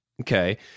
Okay